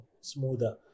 smoother